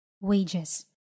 wages